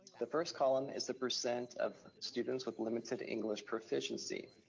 the first column is the percent of students with limited english proficiency.